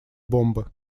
бомбы